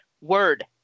word